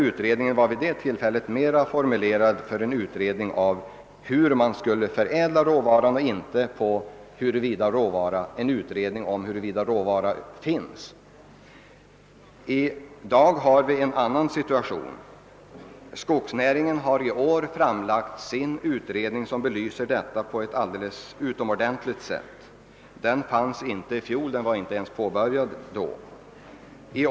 Avsikten var emellertid den gången snarast att utreda hur man skulle förädla råvaran, inte att undersöka huruvida råvara finns. I dag har vi en annan situation. Skogsnäringen har i år framlagt sin utredning, som belyser frågan på ett alldeles utomordentligt sätt. Den fanns inte i fjol; den var inte ens påbörjad då.